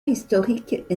historique